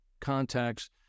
Contacts